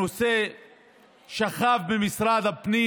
הנושא שכב במשרד הפנים